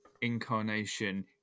incarnation